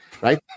right